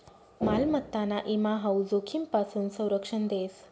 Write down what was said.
मालमत्ताना ईमा हाऊ जोखीमपासून संरक्षण देस